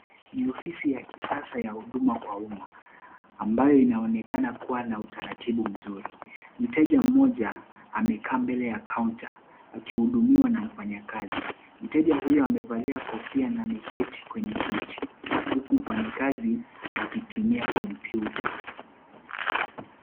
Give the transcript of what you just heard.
Ni ofisi ya kisasa ya huduma kwa umma ambayo inaonekana kuwa na utaratibu mzuri. Mteja mmoja amekaa mbele ya kaonta akihudumiwa na mfanyakazi. Mteja huyo amevalia kofia na amekaa kwenye kiti huku mfanyikazi akitumia kompyuta.